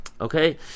Okay